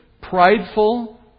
prideful